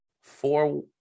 four